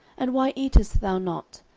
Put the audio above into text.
and why eatest thou not?